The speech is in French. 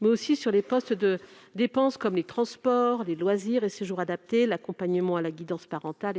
mais aussi sur les postes de dépenses comme les transports, les loisirs et séjours adaptés ou encore l'accompagnement à la guidance parentale.